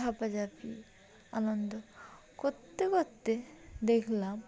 লাফাঝাপি আনন্দ করতে করতে দেখলাম